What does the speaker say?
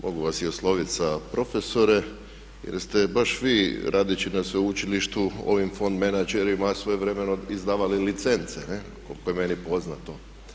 Mogu vas i osloviti i sa profesore jer ste baš vi radeći na sveučilištu, ovaj fond menađerima svojevremeno izdavali licence, jel koliko je meni poznato.